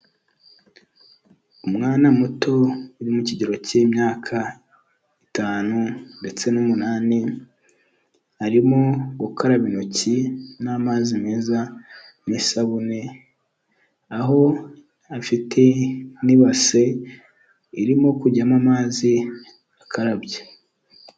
Umwana muto uri mu kigero cy'imyaka itanu ndetse n'umunani, arimo gukaraba intoki n'amazi meza n'isabune, aho afite n'ibase irimo kujyamo amazi akarabye.